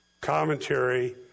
commentary